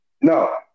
No